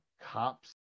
cops